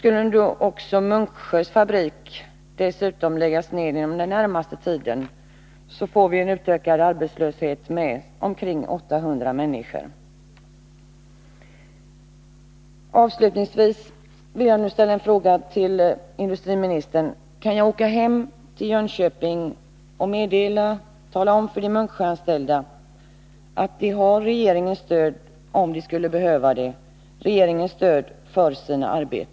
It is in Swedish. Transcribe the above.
Skulle nu också Munksjöfabriken läggas ned inom den närmaste tiden, får vi en ökning av arbetslösheten med omkring 800 personer. Avslutningsvis vill jag ställa en fråga till industriministern: Kan jag åka hem till Jönköping och tala om för de Munksjöanställda att de har regeringens stöd för sina arbeten, om de skulle behöva det?